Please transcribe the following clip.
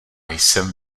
jsem